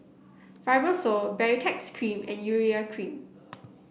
Fibrosol Baritex Cream and Urea Cream